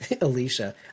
Alicia